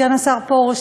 סגן השר פרוש.